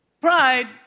pride